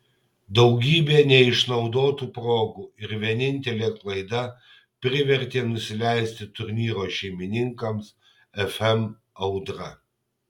daugybė neišnaudotų progų ir vienintelė klaida privertė nusileisti turnyro šeimininkams fm audra